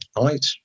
Right